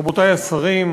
רבותי השרים,